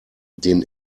den